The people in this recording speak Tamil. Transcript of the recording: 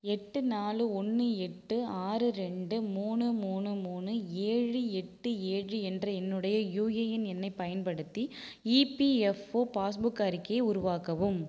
எட்டு நாலு ஒன்று எட்டு ஆறு ரெண்டு மூணு மூணு மூணு ஏழு எட்டு ஏழு என்ற என்னுடைய யுஏஎன் எண்ணைப் பயன்படுத்தி இபிஎஃப்ஓ பாஸ்புக் அறிக்கையை உருவாக்கவும்